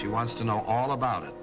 she wants to know all about it